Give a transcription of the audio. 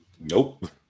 Nope